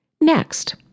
Next